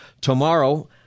tomorrow